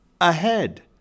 ahead